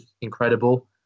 incredible